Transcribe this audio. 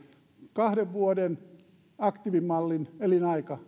kahden vuoden aktiivimallin elinaika